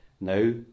now